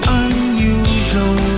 unusual